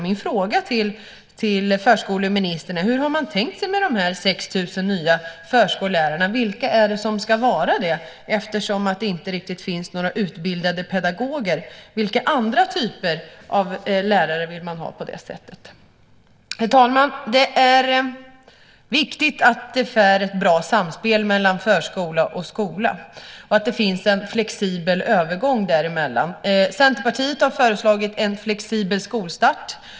Min fråga till förskoleministern är: Hur har man tänkt sig med de här 6 000 nya förskollärarna? Vilka är det som ska göra detta eftersom det inte riktigt finns några utbildade pedagoger? Vilka andra typer av lärare vill man ha? Herr talman! Det är viktigt att det är ett bra samspel mellan förskola och skola och att det finns en flexibel övergång de två emellan. Centerpartiet har föreslagit en flexibel skolstart.